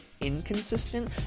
inconsistent